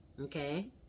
Okay